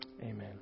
Amen